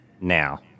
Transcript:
now